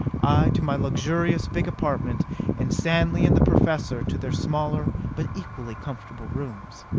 to my luxurious big apartment and stanley and the professor to their smaller but equally comfortable rooms.